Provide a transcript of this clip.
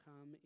come